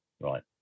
Right